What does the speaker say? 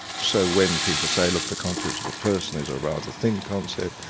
so when people say, look, the concept of a person is a rather thin concept,